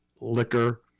liquor